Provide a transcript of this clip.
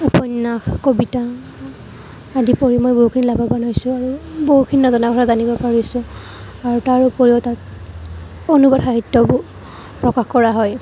উপন্য়াস কবিতা আদি পঢ়ি মই বহুখিনি লাভৱান হৈছোঁ আৰু বহুখিনি নজনা কথা জানিব পাৰিছোঁ আৰু তাৰ উপৰিও তাত অনুবাদ সাহিত্য়বোৰ প্ৰকাশ কৰা হয়